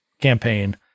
campaign